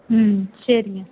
ம் சரிங்க